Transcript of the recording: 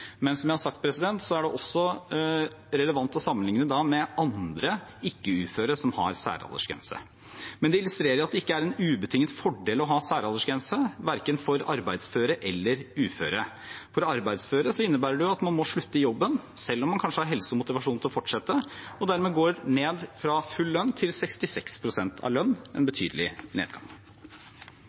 Men, som jeg har sagt: Det er også relevant å sammenligne med andre ikke-uføre som har særaldersgrense. Det illustrerer at det ikke er en ubetinget fordel å ha en særaldersgrense, verken for arbeidsføre eller uføre. For arbeidsføre innebærer det at man må slutte i jobben, selv om man kanskje har helse og motivasjon til å fortsette, og dermed går ned fra full lønn til 66 pst. av lønn, som er en betydelig nedgang.